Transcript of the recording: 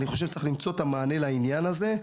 צריך למצוא מענה לעניין הזה.